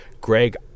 Greg